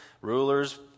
rulers